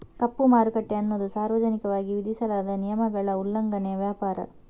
ಕಪ್ಪು ಮಾರುಕಟ್ಟೆ ಅನ್ನುದು ಸಾರ್ವಜನಿಕವಾಗಿ ವಿಧಿಸಲಾದ ನಿಯಮಗಳ ಉಲ್ಲಂಘನೆಯ ವ್ಯಾಪಾರ